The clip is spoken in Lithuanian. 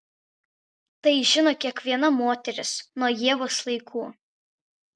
tai žino kiekviena moteris nuo ievos laikų